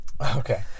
Okay